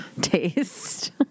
Taste